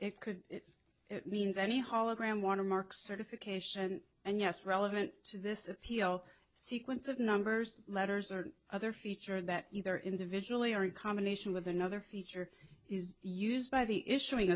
it could it means any hologram want to mark certification and yes relevant to this appeal sequence of numbers letters or other feature that either individually or in combination with another feature is used by the issuing